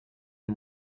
the